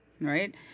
Right